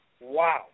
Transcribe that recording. wow